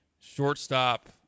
shortstop